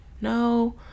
No